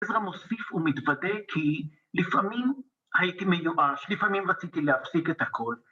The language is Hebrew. עזרא מוסיף ומתוודה כי לפעמים הייתי מיואש, לפעמים רציתי להפסיק את הכל.